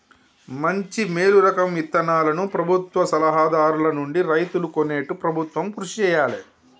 మంచి మేలు రకం విత్తనాలను ప్రభుత్వ సలహా దారుల నుండి రైతులు కొనేట్టు ప్రభుత్వం కృషి చేయాలే